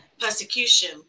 persecution